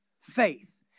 faith